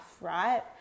right